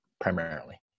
primarily